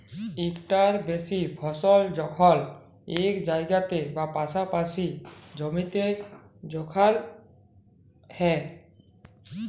ইকটার বেশি ফসল যখল ইক জায়গায় বা পাসাপাসি জমিতে যগাল হ্যয়